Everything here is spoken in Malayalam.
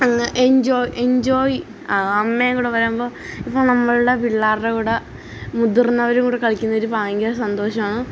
അങ്ങ് എഞ്ചോയ് എഞ്ചോയ് ആകും അമ്മയും കൂടി വരുമ്പം ഇപ്പം നമ്മളുടെ പിള്ളേരുടെ കൂടെ മുതിർന്നവരും കൂടി കളിക്കുന്നൊരു ഭയങ്കര സന്തോഷമാണ്